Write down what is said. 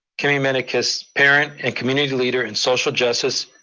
kimmy menakis, parent and community leader in social justice,